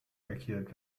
lackiert